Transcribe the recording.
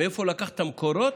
מאיפה לקחת את המקורות?